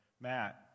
Matt